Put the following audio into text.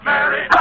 Mary